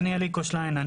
אני אליקו שליין.